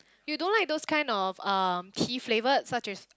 you don't like those kind of um tea flavoured such as